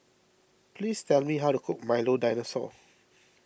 please tell me how to cook Milo Dinosaur